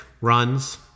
runs